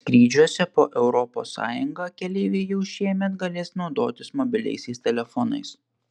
skrydžiuose po europos sąjungą keleiviai jau šiemet galės naudotis mobiliaisiais telefonais